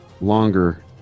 longer